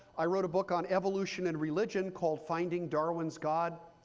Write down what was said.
i wrote a book on evolution and religion called finding darwin's god,